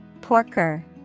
Porker